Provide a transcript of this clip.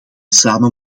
samen